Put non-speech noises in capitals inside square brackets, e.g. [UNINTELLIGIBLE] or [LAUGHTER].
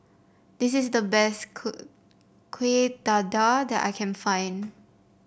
this is the best [UNINTELLIGIBLE] Kuih Dadar that I can find